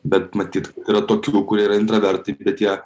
bet matyt yra tokių kurie yra intravertai bet jie